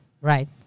Right